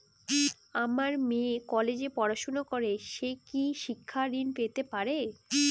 আমার মেয়ে কলেজে পড়াশোনা করে সে কি শিক্ষা ঋণ পেতে পারে?